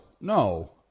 no